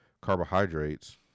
carbohydrates